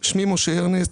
שמי משה ארנסט,